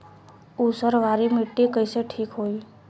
ऊसर वाली मिट्टी कईसे ठीक होई?